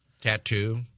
Tattoo